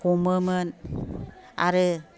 हमोमोन आरो